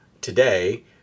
today